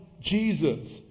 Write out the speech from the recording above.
Jesus